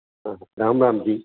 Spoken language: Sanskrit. हा रां रां जि